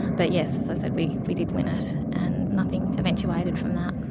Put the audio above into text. but, yes, as i said, we we did win it. and nothing eventuated from that.